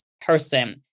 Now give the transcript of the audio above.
person